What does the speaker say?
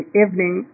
evening